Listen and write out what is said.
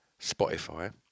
Spotify